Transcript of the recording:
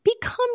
become